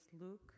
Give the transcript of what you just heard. Luke